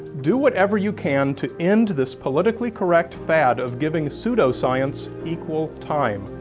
do whatever you can to end this politically correct fad of giving pseudoscience equal time.